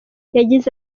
yagize